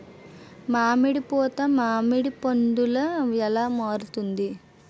మామిడి పూత మామిడి పందుల ఎలా మారుతుంది?